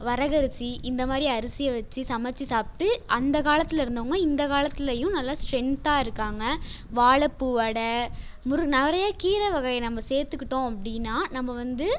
வரகரிசி இந்தமாதிரி அரிசியை வச்சு சமைச்சி சாப்பிட்டு அந்த காலத்தில் இருந்தவங்க இந்த காலத்துலேயும் நல்லா ஸ்ட்ரென்த்தாக இருக்காங்க வாழப்பூ வடை முரு நிறையா கீரை வகையை நம்ம சேத்துக்கிட்டோம் அப்படின்னா நம்ம வந்து